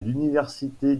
l’université